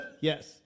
yes